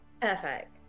perfect